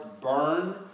burn